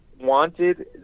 wanted